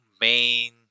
main